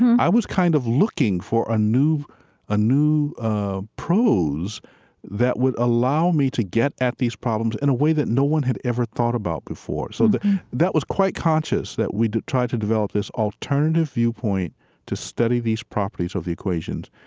i was kind of looking for a new a new prose that would allow me to get at these problems in a way that no one had ever thought about before. so that was quite conscious that we tried to develop this alternative viewpoint to study these properties of the equations.